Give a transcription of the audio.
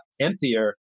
emptier